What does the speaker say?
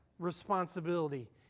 Responsibility